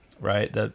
right